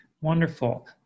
Wonderful